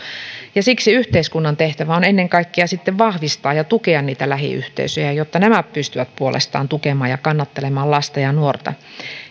siksi yhteiskunnan tehtävä on ennen kaikkea sitten vahvistaa ja tukea niitä lähiyhteisöjä jotta nämä pystyvät puolestaan tukemaan ja kannattelemaan lasta ja nuorta